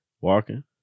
walking